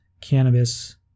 cannabis